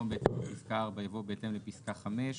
במקום "בהתאם לפסקה (4)" יבוא "בהתאם לפסקה (5)".